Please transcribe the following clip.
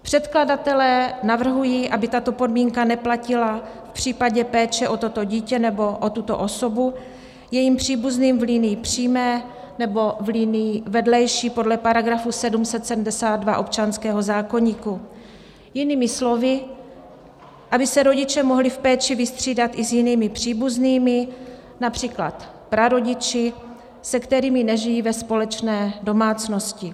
Předkladatelé navrhují, aby tato podmínka neplatila v případě péče o toto dítě nebo o tuto osobu jejím příbuzným v linii přímé nebo v linii vedlejší podle § 772 občanského zákoníku, jinými slovy, aby se rodiče mohli v péči vystřídat i s jinými příbuznými, například prarodiči, se kterými nežijí ve společné domácnosti.